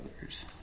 others